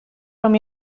from